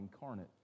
incarnate